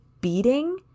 beating